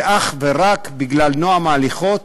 זה אך ורק בגלל נועם ההליכות